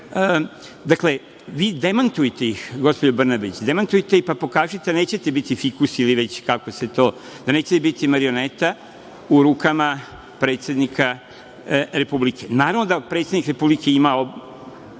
vi demantujte ih, gospođo Brnabić, demantujte, pa pokažite, nećete biti fikus, ili već kako se to, da nećete biti marioneta u rukama predsednika Republike. Naravno da predsednik Republike, i ne